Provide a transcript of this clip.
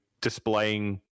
displaying